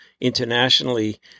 internationally